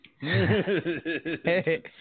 Hey